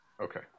Okay